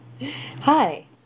Hi